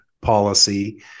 policy